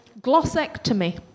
Glossectomy